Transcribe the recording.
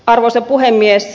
arvoisa puhemies